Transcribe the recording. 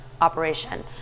operation